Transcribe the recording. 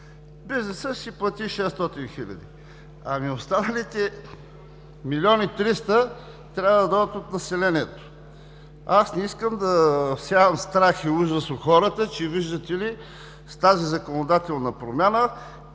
бизнесът ще си плати 600 хиляди. Ами останалите един млн. 300 хил. трябва да дойдат от населението. Аз не искам да всявам страх и ужас у хората, че виждате ли с тази законодателна промяна,